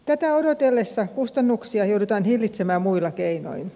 tätä odotellessa kustannuksia joudutaan hillitsemään muilla keinoin